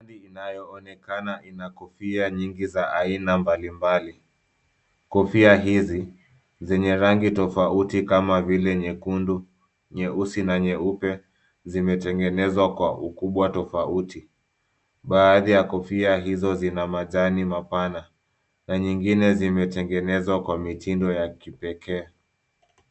Lina onekana lina kofia nyingi za aina mbalimbali, kofia hizi zenye rangi tofauti kama nyekundu, nyeusi na nyeupe zime tengenezwa kwa ukubwa tofauti baadhi ya kofia hizo zina majani mapana na nyingine zime tengenezwa kwa mitinfo ya kipekee.